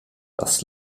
das